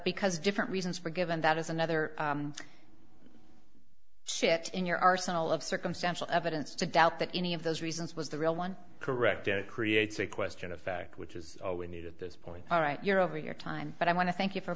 because different reasons for given that is another shit in your arsenal of circumstantial evidence to doubt that any of those reasons was the real one correct it creates a question of fact which is all we need at this point all right you're over your time but i want to thank you for